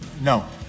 No